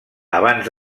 abans